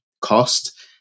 cost